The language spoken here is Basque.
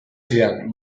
zidan